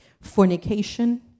fornication